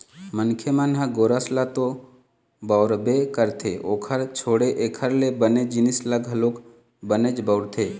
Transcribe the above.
मनखे मन ह गोरस ल तो बउरबे करथे ओखर छोड़े एखर ले बने जिनिस ल घलोक बनेच बउरथे